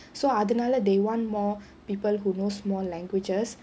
so அதுனால:adhunaala they want more people who knows more languages